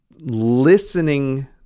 listening